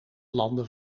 landen